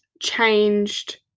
changed